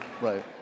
Right